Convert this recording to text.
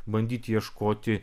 bandyt ieškoti